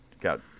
got